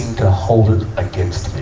to hold it against